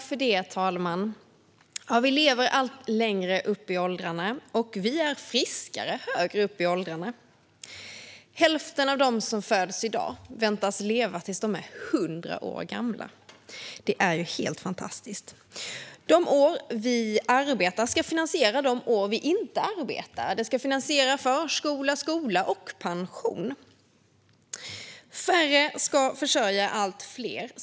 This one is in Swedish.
Fru talman! Vi lever allt längre upp i åldrarna. Vi är också friskare högre upp i åldrarna. Hälften av dem som föds i dag väntas leva tills de är 100 år gamla. Det är helt fantastiskt. De år vi arbetar ska finansiera de år vi inte arbetar. De ska finansiera förskola, skola och pension. Färre ska försörja allt fler.